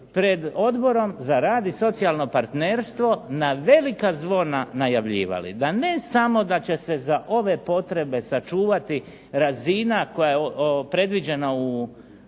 pred Odborom za rad i socijalno partnerstvo na velika zvona najavljivali da ne samo da će se za ove potrebe sačuvati razina koja je predviđena u